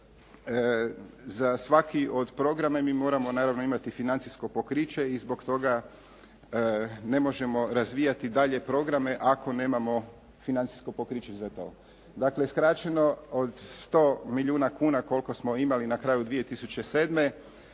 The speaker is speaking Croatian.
za svaki od programa mi moramo naravno imati financijsko pokriće i zbog toga ne možemo razvijati dalje programe ako nemamo financijsko pokriće za to. Dakle skraćeno, od 100 milijuna kuna koliko smo imali na kraju 2007.